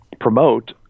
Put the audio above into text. promote